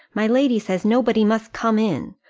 my lady says nobody must come in.